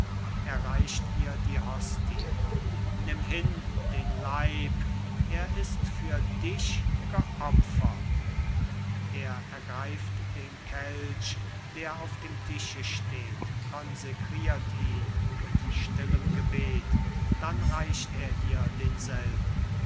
reicht ihr die hostie nimm hin den leib er ist für dich geopfert er ergreift den kelch der auf dem tische steht